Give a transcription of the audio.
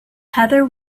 heather